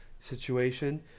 situation